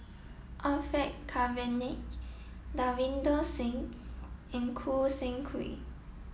Orfeur Cavenagh Davinder Singh and Choo Seng Quee